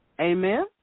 Amen